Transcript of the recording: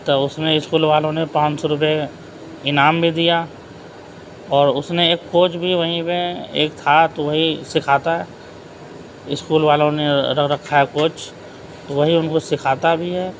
تو اس میں اسکول والوں نے پان سو روپے انعام بھی دیا اور اس نے ایک کوچ بھی وہیں پہ ایک تھا تو وہی سکھاتا ہے اسکول والوں نے رکھ رکھا ہے کوچ تو وہی ان کو سکھاتا بھی ہے